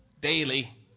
Daily